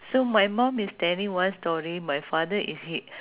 so my mum is telling one story my father is he